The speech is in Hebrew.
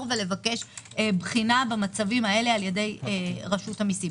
לבקש בחינה במצבים האלה על-ידי רשות המיסים.